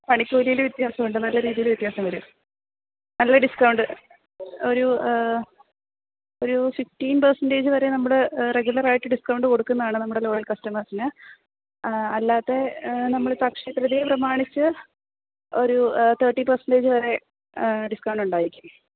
പണിക്കൂലിയില് വിത്യാസമുണ്ട് നല്ല രീതിയില് വ്യത്യാസം വരും നല്ലൊരു ഡിസ്ക്കൗണ്ട് ഒരു ഒരു സിക്സ്റ്റീന് പേര്സെന്റെജ് വരെ നമ്മള് റെഗുലറായിട്ട് ഡിസ്ക്കൗണ്ട് കൊടുക്കുന്നതാണ് നമ്മുടെ ലോയല് കസ്റ്റമേഴ്സിന് അല്ലാത്തെ നമ്മളിപ്പോള് അക്ഷയതൃതീയ പ്രമാണിച്ച് ഒരു തേര്ട്ടി പേര്സെന്റെജ് വരെ ഡിസ്ക്കൗണ്ടുണ്ടായിരിക്കും